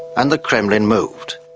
and the kremlin moved.